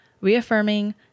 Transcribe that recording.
reaffirming